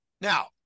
Now